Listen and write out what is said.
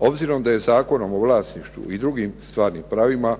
Obzirom da je Zakonom o vlasništvu i drugim stvarnim pravima